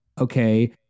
okay